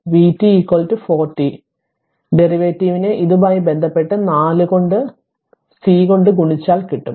അതിനാൽ ഡെറിവേറ്റീവിനെ ഇതുമായി ബന്ധപ്പെട്ട് 4 കൊണ്ട് C കൊണ്ട് ഗുണിച്ചാൽ കിട്ടും